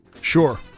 Sure